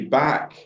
back